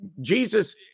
Jesus